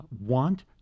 want